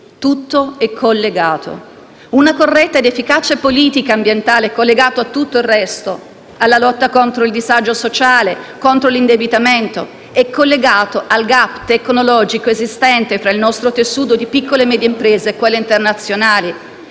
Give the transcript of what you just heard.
tutto è collegato. Una corretta ed efficace politica ambientale è collegata a tutto il resto: alla lotta contro il disagio sociale, contro l'indebitamento; è collegata al *gap* tecnologico esistente fra il nostro tessuto di piccole e medie imprese e quelle internazionali,